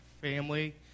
family